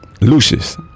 Lucius